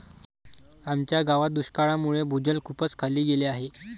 आमच्या गावात दुष्काळामुळे भूजल खूपच खाली गेले आहे